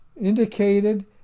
indicated